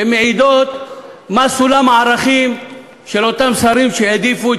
שמעידות מה סולם הערכים של אותם שרים שהעדיפו את